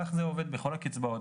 כך זה עובד בכל הקצבאות,